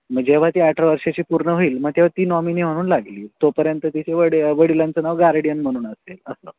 म्हणजे जेव्हा ती अठरा वर्षाची पूर्ण होईल मग तेव्हा ती नॉमिनी म्हणून लागली तोपर्यंत तिथे वडी वडिलांचं नाव गार्डियन म्हणून असेल असं